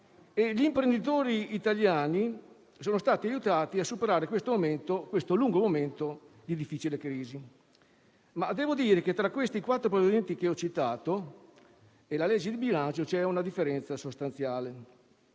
gli imprenditori italiani sono stati aiutati a superare questo lungo momento di difficile crisi. Devo dire che tra questi quattro provvedimenti che ho citato e la legge di bilancio c'è una differenza sostanziale.